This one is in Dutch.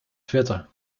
twitter